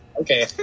Okay